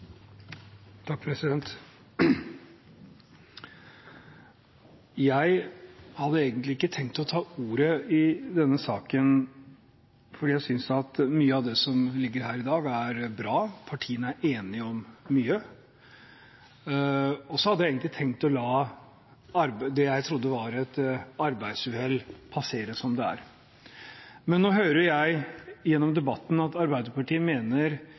i innstillingen her i dag, er bra. Partiene er enige om mye. Jeg hadde egentlig tenkt å la det jeg trodde var et arbeidsuhell, passere som det. Men nå hører jeg gjennom debatten at Arbeiderpartiet mener